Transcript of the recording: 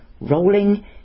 rolling